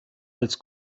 als